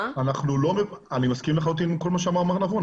אני מסכים לחלוטין עם כל מה שאמר מר נבון,